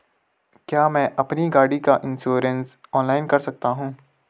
क्या मैं अपनी गाड़ी का इन्श्योरेंस ऑनलाइन कर सकता हूँ?